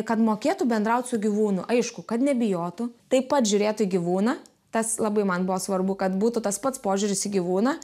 kad mokėtų bendraut su gyvūnu aišku kad nebijotų taip pat žiūrėtų į gyvūną tas labai man buvo svarbu kad būtų tas pats požiūris į gyvūną